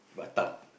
batam